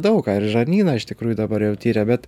daug ką ir žarnyną iš tikrųjų dabar jau tiria bet